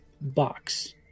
box